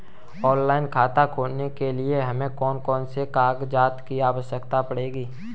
Online खाता खोलने के लिए हमें कौन कौन से कागजात की आवश्यकता पड़ेगी?